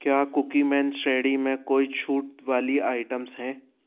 क्या कुकीमैन श्रेणी में कोई छूट वाली आइटम्स हैं